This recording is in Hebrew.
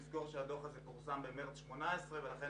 נזכור שהדוח הזה פורסם במרץ 2018 ולכן